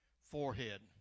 forehead